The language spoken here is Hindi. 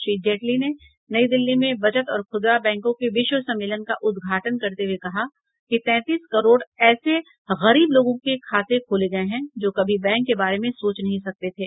श्री जेटली ने नई दिल्ली में बचत और खुदरा बैंकों के विश्व सम्मेलन का उद्घाटन करते हुए कहा कि तैंतीस करोड़ ऐसे गरीब लोगों के खाते खोले गये हैं जो कभी बैंक के बारे में सोच नहीं सकते थे